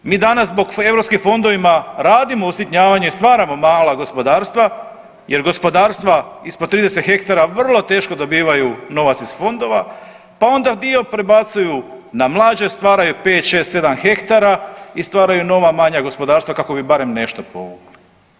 Mi danas zbog europskih fondovima radimo usitnjavanje, stvaramo mala gospodarstva jer gospodarstva ispod 30 hektara vrlo teško dobivaju novac iz fondova pa onda dio prebacuju na mlađe, stvaraju 5,6,7 hektara i stvaraju nova manja gospodarstva kako bi barem nešto povukli.